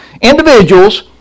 Individuals